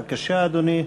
בבקשה, אדוני.